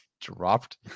dropped